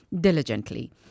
diligently